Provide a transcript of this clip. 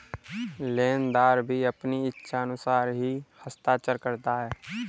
लेनदार भी अपनी इच्छानुसार ही हस्ताक्षर करता है